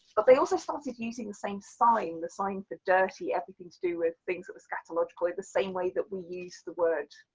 but they also started using the same sign, the sign for dirty, everything to do with things that were scatological, in the same way that we use the word,